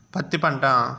పత్తి పంట